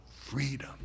freedom